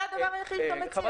זה הדבר היחיד שהוא מציע.